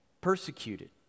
persecuted